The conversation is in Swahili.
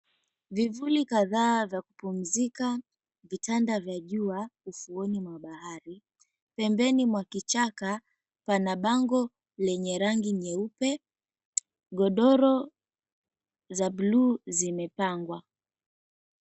Vivuli kadhaa vya kupumzika, vitanda vya jua ufuoni mwa bahari. Pembeni mwa kichaka pana bango lenye rangi nyeupe, godoro za bluu zimepangwa.